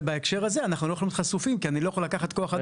ובהקשר הזה אנחנו לא יכולים להיות חשופים כי אני לא יכול לקחת כוח,